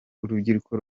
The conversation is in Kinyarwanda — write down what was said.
urubyiruko